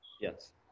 yes